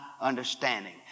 understanding